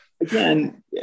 again